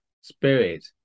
spirit